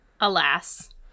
Alas